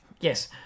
yes